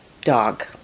Dog